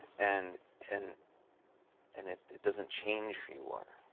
and and and it doesn't change who you are.